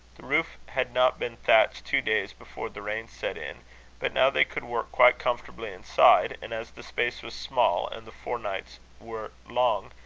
the roof had not been thatched two days before the rain set in but now they could work quite comfortably inside and as the space was small, and the forenights were long,